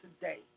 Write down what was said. today